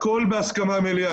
הכול בהסכמה מלאה.